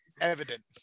evident